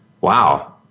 wow